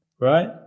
right